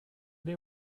day